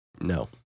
No